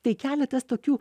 tai keletas tokių